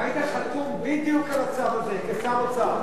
והיית חתום בדיוק על הצו הזה, כשר האוצר.